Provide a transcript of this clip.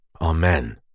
Amen